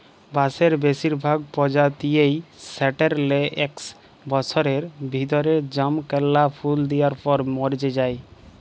বাঁসের বেসিরভাগ পজাতিয়েই সাট্যের লে একস বসরের ভিতরে জমকাল্যা ফুল দিয়ার পর মর্যে যায়